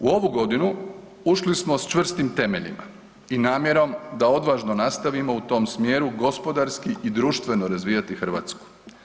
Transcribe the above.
U ovu godinu ušli smo s čvrstim temeljima i namjerom da odvažno nastavimo u tom smjeru gospodarski i društveno razvijati Hrvatsku.